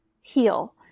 heal